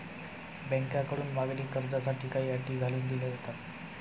बँकांकडून मागणी कर्जासाठी काही अटी घालून दिल्या जातात